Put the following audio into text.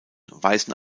weisen